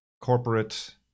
corporate